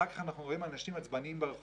אחר כך אנחנו רואים אנשים עצבניים ברחובות